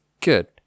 Good